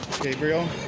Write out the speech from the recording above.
Gabriel